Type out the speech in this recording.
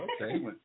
okay